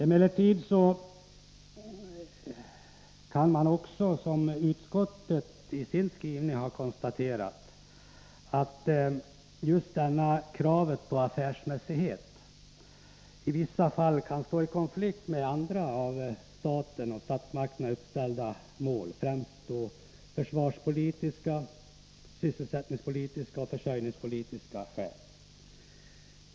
Emellertid kan man konstatera, vilket också utskottet gör i sin skrivning, att kravet på affärsmässighet i vissa fall kan stå i konflikt med andra av statsmakten uppställda mål, främst försvarspolitiska, sysselsättningspolitiska och försörjningspolitiska.